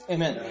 Amen